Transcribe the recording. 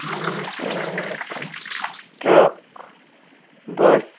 truck bus